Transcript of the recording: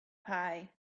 pie